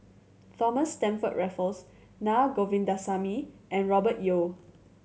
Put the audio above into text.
Thomas Stamford Raffles Naa Govindasamy and Robert Yeo